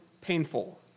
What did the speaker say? painful